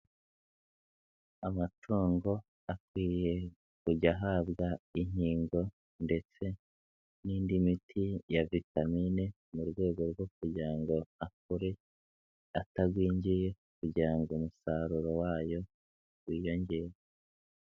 Amatungo akwiye kujya ahabwa inkingo ndetse n'indi miti ya vitamine, mu rwego rwo kugira ngo akure atagwingiye kugira ngo umusaruro wayo wiyongere.